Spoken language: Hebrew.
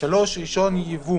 (3)רישיון יבוא